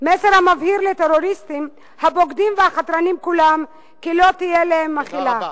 מסר המבהיר לטרוריסטים הבוגדים והחתרנים כולם כי לא תהיה להם מחילה.